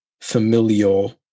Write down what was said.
familial